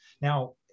Now